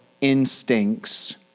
instincts